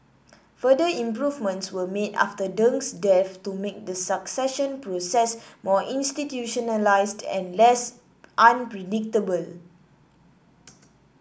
further improvements were made after Deng's death to make the succession process more institutionalised and less unpredictable